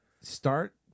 Start